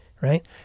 right